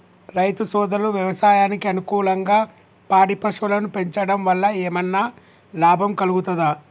రైతు సోదరులు వ్యవసాయానికి అనుకూలంగా పాడి పశువులను పెంచడం వల్ల ఏమన్నా లాభం కలుగుతదా?